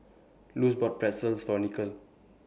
Luz bought Pretzel For Nikhil